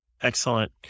Excellent